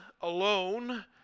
alone